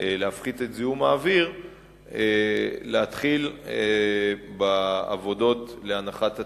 להפחית את זיהום האוויר להתחיל בעבודות להנחת הצינור.